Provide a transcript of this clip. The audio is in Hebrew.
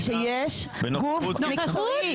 נוכחות?